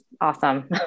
Awesome